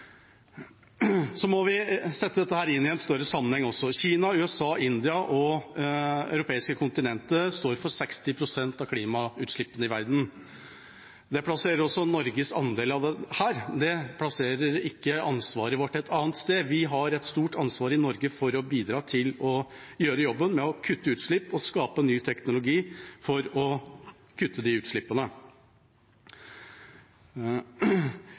må også sette dette inn i en større sammenheng. Kina, USA, India og det europeiske kontinentet står for 60 pst. av klimautslippene i verden. Det plasserer også Norges andel av dette. Det plasserer ikke ansvaret vårt et annet sted. Vi har et stort ansvar i Norge for å bidra til å gjøre jobben med å kutte utslipp og skape ny teknologi for å kutte utslippene.